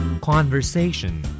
Conversation